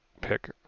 pick